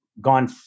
gone